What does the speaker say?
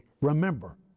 Remember